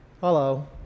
Hello